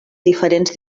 diferents